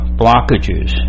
blockages